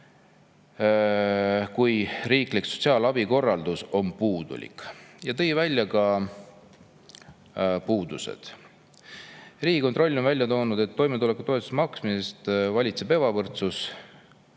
kui riiklik sotsiaalabikorraldus on puudulik, ja tõi välja ka puudused. Riigikontroll on välja toonud, et toimetulekutoetuse maksmises valitseb ebavõrdsus,